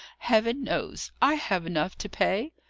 heaven knows, i have enough to pay.